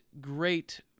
great